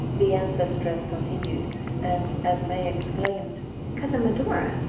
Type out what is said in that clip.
the ancestress continued and, as may exclaimed cousin medora?